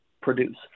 produce